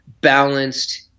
balanced